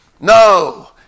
No